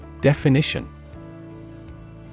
Definition